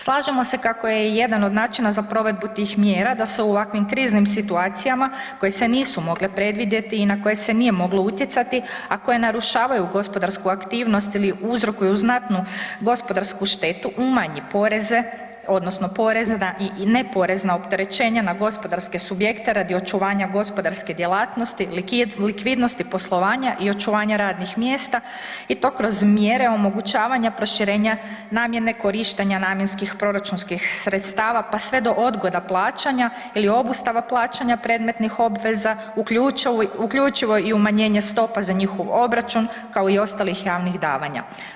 Slažemo se kako je jedan od načina za provedbu tih mjera da se u ovakvim kriznim situacijama koje se nisu mogle predvidjeti i na koje se nije moglo utjecati, a koje narušavaju gospodarsku aktivnost ili uzrokuju znatnu gospodarsku štetu, umanje poreze odnosno porezna i neporezna opterećenja na gospodarske subjekte radi očuvanja gospodarske djelatnosti, likvidnosti poslovanja i očuvanja radnih mjesta i to kroz mjere omogućavanja proširenja namjene korištenja namjenskih proračunskih sredstava pa sve do odgoda plaćanja ili obustava plaćanja predmetnih obveza, uključivo i umanjenje stopa za njihov obračun, kao i ostalih javnih davanja.